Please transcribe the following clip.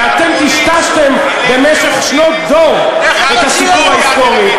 ואתם טשטשתם במשך שנות דור את הסיפור ההיסטורי,